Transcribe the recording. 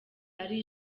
ari